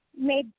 made